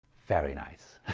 very nice